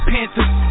Panthers